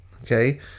Okay